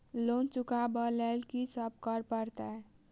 Loan चुका ब लैल की सब करऽ पड़तै?